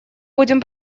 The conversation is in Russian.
будем